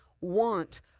want